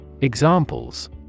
Examples